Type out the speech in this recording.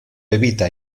evita